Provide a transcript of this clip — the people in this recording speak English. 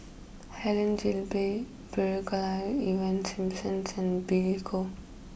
Helen Gilbey Brigadier Ivan Simson's and Billy Koh